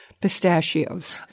pistachios